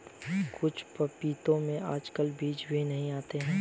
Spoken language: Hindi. कुछ पपीतों में आजकल बीज भी नहीं आते हैं